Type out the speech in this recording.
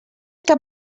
que